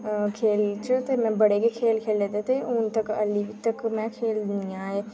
खेढ च ते में बड़े गै खेढ खेढे दे ते हून तक हल्ली तक में खेढनी आं